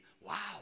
Wow